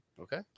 Okay